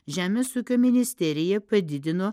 žemės ūkio ministerija padidino